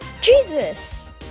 Jesus